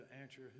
answer